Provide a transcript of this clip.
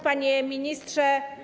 Panie Ministrze!